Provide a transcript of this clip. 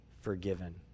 forgiven